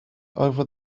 over